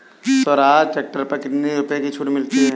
Swaraj tractor पर कितनी रुपये की छूट है?